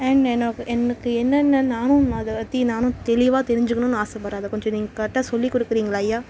and எனக்கு எனக்கு என்னென்னன்று நானும் அதை பற்றி நானும் தெளிவாக தெரிஞ்சுக்கணுன்னு ஆசைப்பட்றேன் அதை கொஞ்சம் நீங்கள் கரெக்டாக சொல்லிக் கொடுக்குறீங்களா ஐயா